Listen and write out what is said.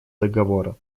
договора